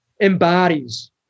embodies